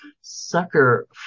sucker